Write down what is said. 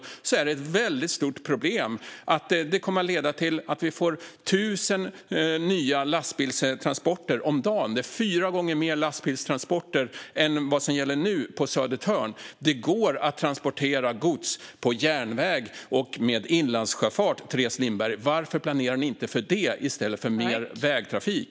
Hamnen är ett stort problem, och den kommer att leda till tusen nya lastbilstransporter om dagen, det vill säga fyra gånger mer lastbilstransporter än vad som gäller nu på Södertörn. Det går att transportera gods på järnväg och med inlandssjöfart, Teres Lindberg. Varför planerar ni inte för det i stället för mer vägtrafik?